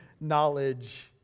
knowledge